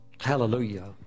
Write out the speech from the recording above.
Hallelujah